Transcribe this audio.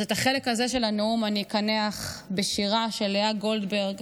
אז את החלק הזה של הנאום אני אקנח בשירה של לאה גולדברג,